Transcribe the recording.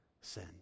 sin